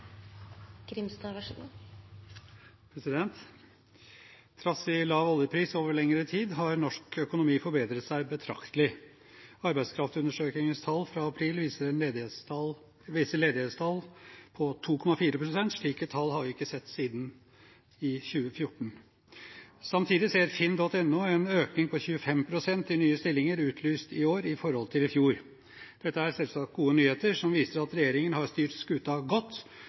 Trass i lav oljepris over lengre tid har norsk økonomi forbedret seg betraktelig. Arbeidskraftundersøkingens tall fra april viser ledighetstall på 2,4 pst., slike tall har vi ikke sett siden 2014. Samtidig ser finn.no en økning på 25 pst. i nye stillinger utlyst i år i forhold til i fjor. Dette er selvsagt gode nyheter, som viser at regjeringen har styrt skuta godt,